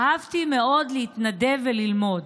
אהבתי מאוד להתנדב וללמוד.